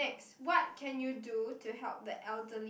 what can you do to help the elderly